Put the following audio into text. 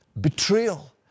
betrayal